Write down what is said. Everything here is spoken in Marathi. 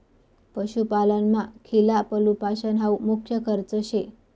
पशुपालनमा खिला पशुपालन हावू मुख्य खर्च शे